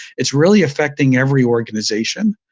it's really affecting every organization.